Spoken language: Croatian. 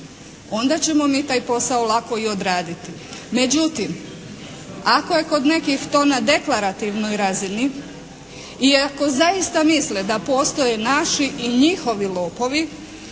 onda ćemo mi taj posao lako i odraditi. Međutim ako je kod nekih to na deklarativnoj razini i ako zaista misle da postoje naši i njihovi lopovi